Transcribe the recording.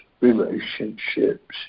relationships